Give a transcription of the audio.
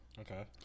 Okay